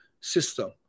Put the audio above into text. system